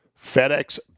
FedEx